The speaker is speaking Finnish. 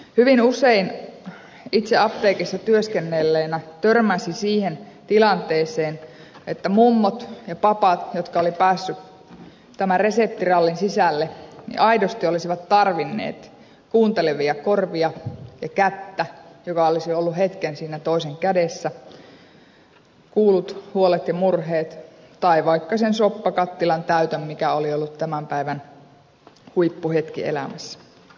hyvin usein itse apteekissa työskennelleenä törmäsin siihen tilanteeseen että mummot ja papat jotka olivat päässeet tämän reseptirallin sisälle aidosti olisivat tarvinneet kuuntelevia korvia ja kättä joka olisi ollut hetken siinä toisen kädessä ihmistä joka olisi kuullut huolet ja murheet tai vaikka sen soppakattilan täytön mikä oli ollut tämän päivän huippuhetki elämässä